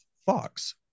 fox